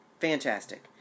fantastic